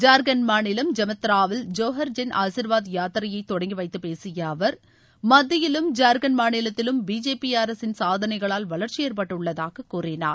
ஜார்கண்ட் மாநிலம் ஜமத்ராவில் ஜோஹர் ஜேன் ஆசிர்வாத் யாத்திரையை தொடங்கிவைத்து பேசிய அவர் மத்தியிலும் ஜார்கண்ட் மாநிலத்திலும் பிஜேபி அரசின் சாதனைகளால் வளர்ச்சி ஏற்பட்டுள்ளதாக கூறினார்